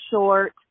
short